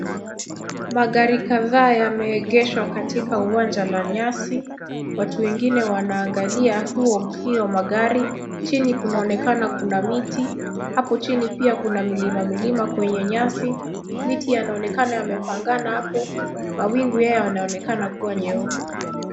Magari kadhaa yameegeshwa katika uwanja la nyasi. Watu wengine wanaangalia hiyo magari. Chini kunaonekana kuna miti. Hapo chini pia kuna milima milima kwenye nyasi. Miti yanaonekana yamepangana hapo. Mawingu hayo yanaonekana kuwa nyeusi.